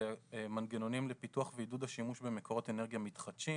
זה מנגנונים לפיתוח ועידוד השימוש במקורות אנרגיה מתחדשים.